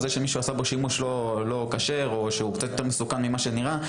זה שמישהו עשה בו שימוש לא כשר או שהוא קצת יותר מסוכן ממה שזה נראה,